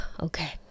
Okay